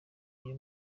agiye